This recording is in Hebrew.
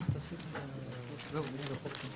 הישיבה ננעלה בשעה 13:48.